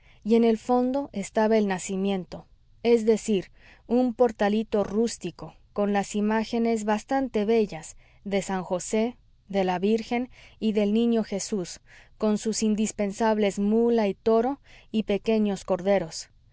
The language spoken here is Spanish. y en el fondo estaba el nacimiento es decir un portalito rústico con las imágenes bastante bellas de san josé de la virgen y del niño jesús con sus indispensables mula y toro y pequeños corderos